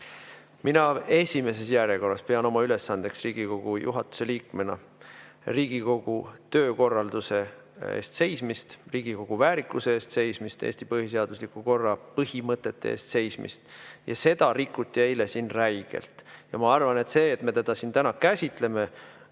Mina esimeses järjekorras pean oma ülesandeks Riigikogu juhatuse liikmena Riigikogu töökorralduse eest seismist, Riigikogu väärikuse eest seismist, Eesti põhiseadusliku korra põhimõtete eest seismist. Ja seda rikuti eile siin räigelt. Ja ma arvan, et see, et me seda siin täna käsitleme,